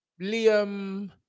Liam